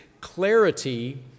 clarity